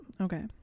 Okay